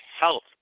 health